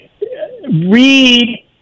Read